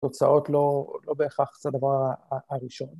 תוצאות לא בהכרח כדבר הראשון.